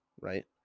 right